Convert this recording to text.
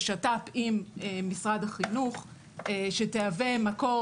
בשתף עם משרד החינוך שתהווה מקור,